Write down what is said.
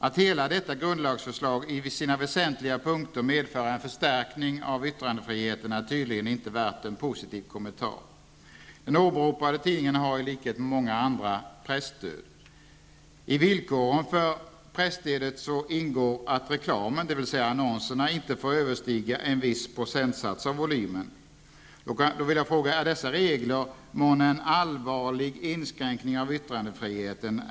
Att hela detta grundlagsförslag i sina väsentliga punkter medför en förstärkning av yttrandefriheten är tydligen inte värt en positiv kommentar. Den åberopade tidningen har, i likhet med många andra, presstöd. I villkoren för presstödet ingår att reklamen -- annonserna -- inte får överstiga en viss procentsats av volymen. Är dessa regler månne en allvarlig inskränkning av yttrandefriheten?